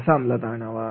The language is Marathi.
कसा अमलात आणावा